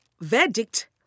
verdict